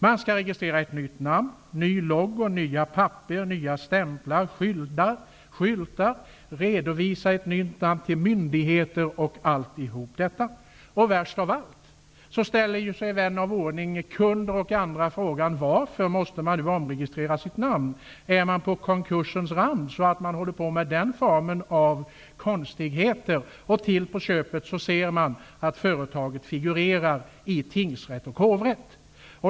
Det skall registrera nytt namn och skaffa sig ny logotype, nya stämplar och skyltar, redovisa nytt namn till myndigheter osv. Värst av allt är att vän av ordning, kunder och andra, ställer sig frågan: Varför måste företaget omregistrera sitt namn? Är man vid konkursens rand och håller på med dessa konstigheter av den anledningen? Till på köpet ser man att företaget figurerar i tingsrätt och hovrätt.